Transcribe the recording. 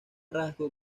rasgo